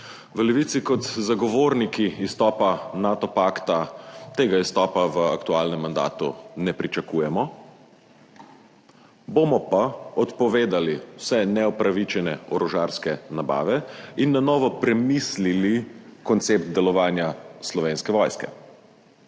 V Levici kot zagovorniki izstopa iz Nato pakta tega izstopa v aktualnem mandatu ne pričakujemo, bomo pa odpovedali vse neupravičene orožarske nabave in na novo premislili koncept delovanja Slovenske vojske.